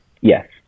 Yes